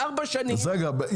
ארבע שנים --- אז רגע,